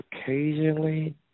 occasionally